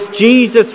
Jesus